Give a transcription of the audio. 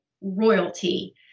royalty